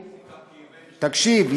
תקשיב,